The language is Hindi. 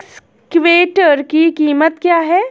एक्सकेवेटर की कीमत क्या है?